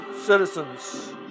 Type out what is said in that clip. citizens